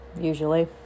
Usually